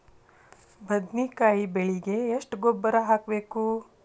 ಬದ್ನಿಕಾಯಿ ಬೆಳಿಗೆ ಎಷ್ಟ ಗೊಬ್ಬರ ಹಾಕ್ಬೇಕು?